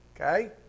Okay